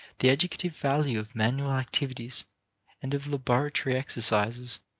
the educative value of manual activities and of laboratory exercises,